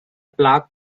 plaque